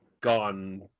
gone